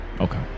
Okay